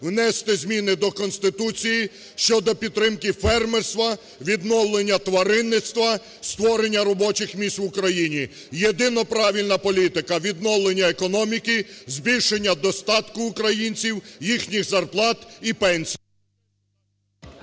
внести зміни до Конституції щодо підтримки фермерства, відновлення тваринництва, створення робочих місць в Україні. Єдино правильна політика – відновлення економіки, збільшення достатку українців, їхніх зарплат і пенсій.